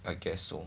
I guess so